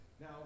Now